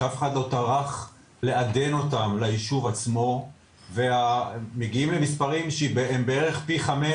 שאף אחד לא טרח לעדן אותם ליישוב עצמו ומגיעים למספרים שהם בערך פי חמש